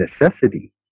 necessity